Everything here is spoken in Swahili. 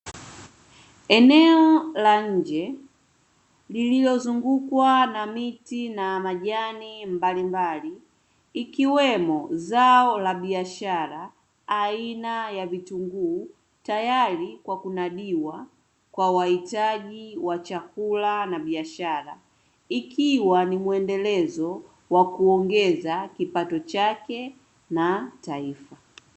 Eneo la nje liliozungukwa na miti na majani mbalimbali ikiwemo, zao la biashara aina ya vitunguu tayari kwa kunadiwa kwa wahitaji wa chakula na biashara, ikiwa ni mwendelezo wa kuongeza kipato chake na taifa.